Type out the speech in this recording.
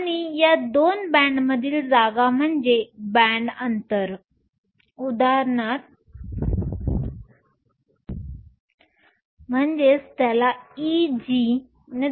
आणि या दोन बॅण्डमधील जागा म्हणजे बॅण्ड अंतर Eg